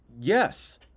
yes